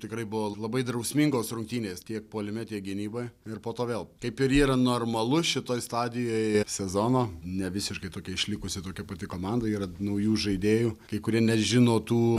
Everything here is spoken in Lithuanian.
tikrai buvo labai drausmingos rungtynės tiek puolime tiek gynyboj ir po to vėl kaip ir yra normalu šitoj stadijoj sezono nevisiškai tokia išlikusi tokia pati komanda yra naujų žaidėjų kai kurie nežino tų